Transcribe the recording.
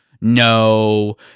No